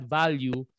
value